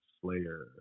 Slayer